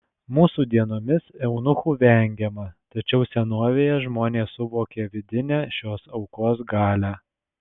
mūsų dienomis eunuchų vengiama tačiau senovėje žmonės suvokė vidinę šios aukos galią